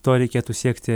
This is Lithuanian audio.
to reikėtų siekti